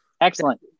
excellent